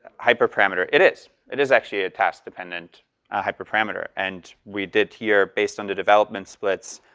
hyperparameter? it is, it is actually a task-dependent hyperparameter. and we did here, based on the development splits,